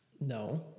no